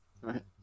right